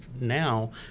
now